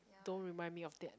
don't remind me of that